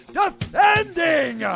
defending